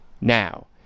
Now